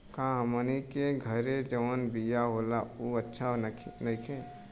का हमनी के घरे जवन बिया होला उ अच्छा नईखे?